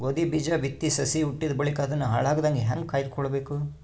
ಗೋಧಿ ಬೀಜ ಬಿತ್ತಿ ಸಸಿ ಹುಟ್ಟಿದ ಬಳಿಕ ಅದನ್ನು ಹಾಳಾಗದಂಗ ಹೇಂಗ ಕಾಯ್ದುಕೊಳಬೇಕು?